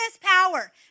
power